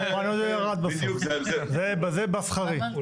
על זה בא שכרי.